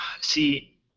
See